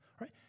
right